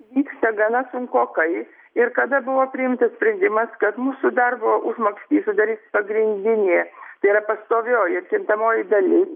vyksta gana sunkokai ir kada buvo priimtas sprendimas kad mūsų darbo užmokestį sudarys pagrindinė tai yra pastovioji kintamoji dalis